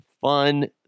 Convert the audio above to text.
fun